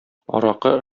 аракы